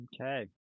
Okay